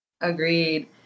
Agreed